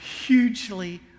hugely